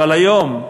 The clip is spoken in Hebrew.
אבל היום,